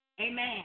Amen